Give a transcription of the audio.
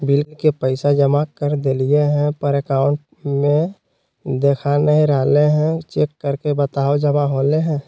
Bill के पैसा जमा कर देलियाय है पर अकाउंट में देखा नय रहले है, चेक करके बताहो जमा होले है?